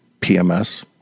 PMS